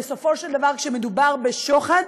בסופו של דבר, כשמדובר בשוחד,